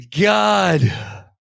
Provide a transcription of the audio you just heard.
God